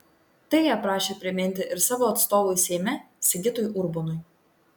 tai jie prašė priminti ir savo atstovui seime sigitui urbonui